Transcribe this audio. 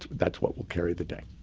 that's what will carry the day.